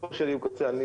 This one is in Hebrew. הסיפור שלי הוא כזה,